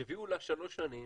שיביאו לשלוש שנים